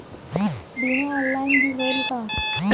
बीमा ऑनलाइन भी होयल का?